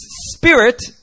spirit